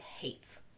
hates